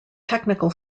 technical